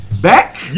back